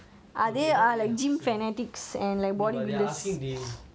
no but they're asking daily so it should be something you do daily